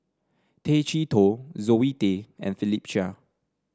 Tay Chee Toh Zoe Tay and Philip Chia